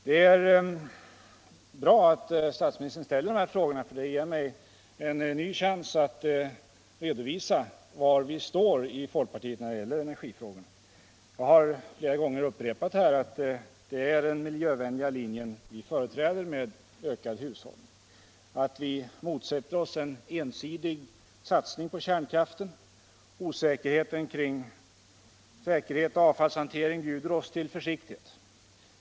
Det är bra att statsministern ställer de här frågorna, för det ger mig en ny chans att redovisa var vi i folkpartiet står när det gäller energifrågorna. Jag har flera gånger upprepat att vi företräder den miljövänliga linjen med bättre energihushållning. Vi motsätter oss en ensidig satsning på kärnkraften. Osäkerheten kring säkerhet och avfallshantering bjuder oss till försiktighet.